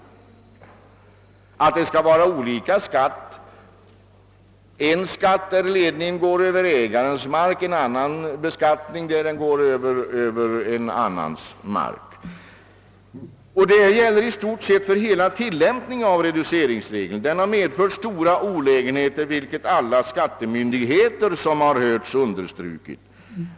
Skatten blir ju olika: det blir ett slags beskattning när ledningen går över ägarens mark, ett annat slags beskattning när ledningen går över annan persons mark. Detsamma gäller i stort sett hela tillämpningen av reduceringsregeln. Den har medfört stora olägenheter, vilket alla hörda skattemyndigheter understrukit.